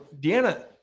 Deanna